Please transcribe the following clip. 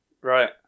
Right